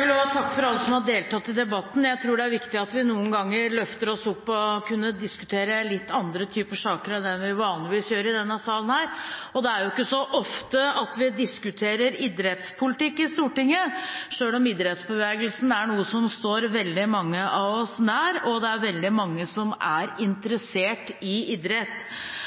vil takke alle som har deltatt i debatten. Jeg tror det er viktig at vi noen ganger løfter opp og diskuterer litt andre typer saker enn det vi vanligvis gjør i denne salen. Det er ikke ofte vi diskuterer idrettspolitikk i Stortinget, selv om idrettsbevegelsen er noe som står veldig mange av oss nær. Veldig mange er interessert i idrett. Når idretten kan bli ødelagt fordi det jukses, er det svært alvorlig. Jeg er enig i